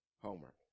Homework